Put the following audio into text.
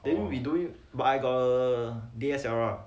then we doing but I got a D_S_L_R